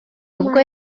ubwo